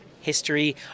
history